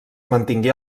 mantingué